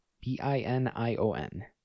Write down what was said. B-I-N-I-O-N